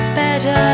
better